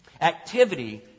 Activity